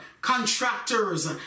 contractors